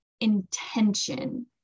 intention